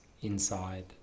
inside